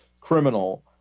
criminal